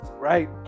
right